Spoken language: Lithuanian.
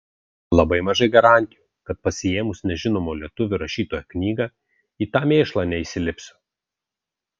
labai mažai garantijų kad pasiėmus nežinomo lietuvių rašytojo knygą į tą mėšlą neįsilipsiu